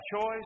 choice